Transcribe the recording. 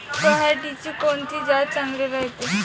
पऱ्हाटीची कोनची जात चांगली रायते?